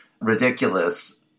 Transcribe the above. ridiculous